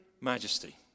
majesty